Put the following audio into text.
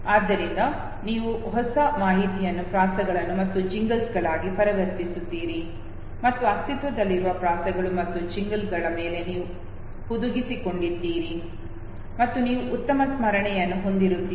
ಆದ್ದರಿಂದ ನೀವು ಹೊಸ ಮಾಹಿತಿಯನ್ನು ಪ್ರಾಸಗಳು ಮತ್ತು ಜಿಂಗಲ್ಗಳಾಗಿ ಪರಿವರ್ತಿಸುತ್ತೀರಿ ಮತ್ತು ಅಸ್ತಿತ್ವದಲ್ಲಿರುವ ಪ್ರಾಸಗಳು ಮತ್ತು ಜಿಂಗಲ್ಗಳ ಮೇಲೆ ನೀವು ಹುದುಗಿಸಿಕೊಂಡಿದ್ದೀರಿ ಮತ್ತು ನೀವು ಉತ್ತಮ ಸ್ಮರಣೆಯನ್ನು ಹೊಂದಿರುತ್ತೀರಿ